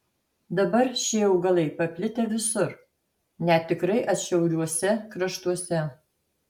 dabar šie augalai paplitę visur net tikrai atšiauriuose kraštuose